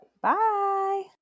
bye